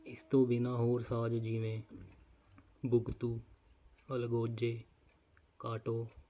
ਇਸ ਤੋਂ ਬਿਨਾ ਹੋਰ ਸਾਜ਼ ਜਿਵੇਂ ਬੁਘਧੂ ਅਲਗੋਜੇ ਕਾਟੋ